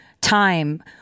time